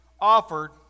offered